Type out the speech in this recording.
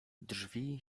drzwi